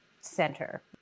center